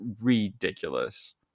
ridiculous